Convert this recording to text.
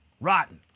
Rotten